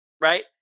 right